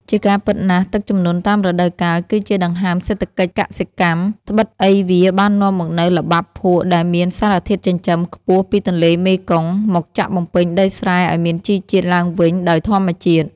ជាការពិតណាស់ ទឹកជំនន់តាមរដូវកាលគឺជាដង្ហើមសេដ្ឋកិច្ចកសិកម្ម ត្បិតអីវាបាននាំមកនូវល្បាប់ភក់ដែលមានសារធាតុចិញ្ចឹមខ្ពស់ពីទន្លេមេគង្គ មកចាក់បំពេញដីស្រែឱ្យមានជីជាតិឡើងវិញដោយធម្មជាតិ។